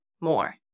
more